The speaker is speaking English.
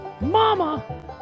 mama